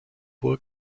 hohe